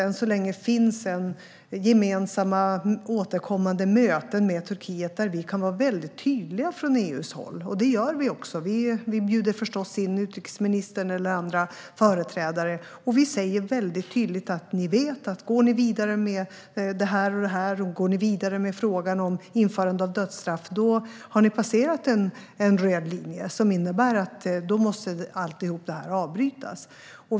Än så länge finns gemensamma och återkommande möten med Turkiet. Där kan vi i EU vara tydliga. Det är vi också. Vi bjuder förstås in utrikesministern eller andra företrädare och säger tydligt: "Ni vet att om ni går vidare med det här och med införande av dödsstraff har ni passerat en röd linje som innebär att allt det här måste avbrytas."